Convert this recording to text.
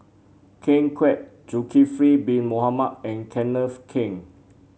Ken Kwek Zulkifli Bin Mohamed and Kenneth Keng